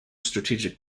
strategic